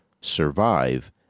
survive